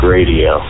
Radio